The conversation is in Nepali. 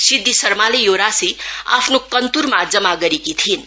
सिद्धी शर्माले यो राषि आफ्नो कन्तुरमा जमा गरेकी थिइन्